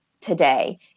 today